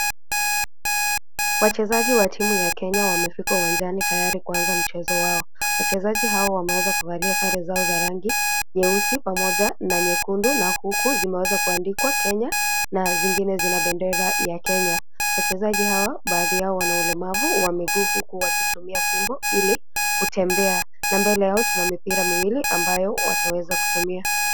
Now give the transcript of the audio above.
Wachezaji wa timu ya Kenya wamefika uwanjani tayari kuanza mchezo wao. Wachezaji hawa wameweza kuvalia sare zao za rangi nyeusi pamoja na nyekundu na huku zimeweza kuandikwa Kenya na zingine zina bendera ya Kenya. Wachezaji hawa baadhi yao wana ulemavu wa miguu huku wakitumia fimbo ili kutembea na mbele yao tuna mipira miwili ambayo wataweza kutumia.